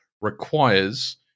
requires